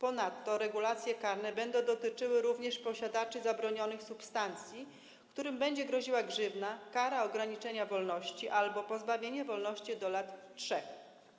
Dodatkowo regulacje karne będą dotyczyły posiadaczy zabronionych substancji, którym będzie groziła grzywna, kara ograniczenia wolności albo pozbawienia wolności do lat 3.